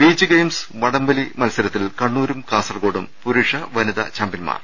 beach games വടം വലി മത്സരത്തിൽ കണ്ണൂരും കാസർഗോഡും പുരുഷ വനിതാ ചാമ്പ്യൻമാർ